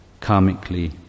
karmically